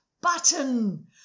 button